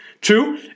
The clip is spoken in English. Two